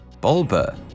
Bulba